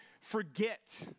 forget